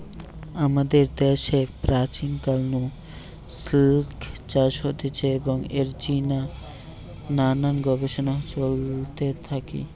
আমাদের দ্যাশে প্রাচীন কাল নু সিল্ক চাষ হতিছে এবং এর জিনে নানান গবেষণা চলতে থাকি